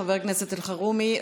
חבר הכנסת אלחרומי,